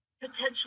potentially